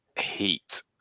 heat